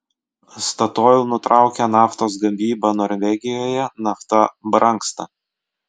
statoil nutraukia naftos gavybą norvegijoje nafta brangsta